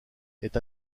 est